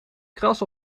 kras